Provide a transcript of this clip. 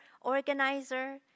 organizer